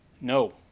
No